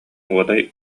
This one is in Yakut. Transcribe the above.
уодай